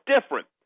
different